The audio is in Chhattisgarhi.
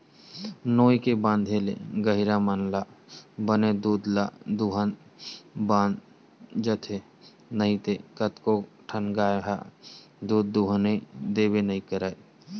नोई के बांधे ले गहिरा मन ल बने दूद ल दूहूत बन जाथे नइते कतको ठन गाय ह दूद दूहने देबे नइ करय